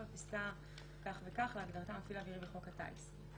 בפסקה כך וכך להגדרה "מפעיל אווירי" בחוק הטיס.